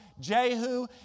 Jehu